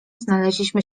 znaleźliśmy